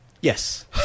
Yes